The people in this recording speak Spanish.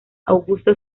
augusto